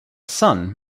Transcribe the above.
son